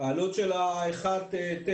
ב-1 9